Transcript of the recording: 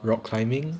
rock climbing